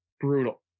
Brutal